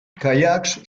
caiacs